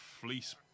fleece